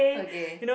okay